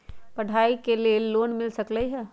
पढाई के लेल लोन मिल सकलई ह की?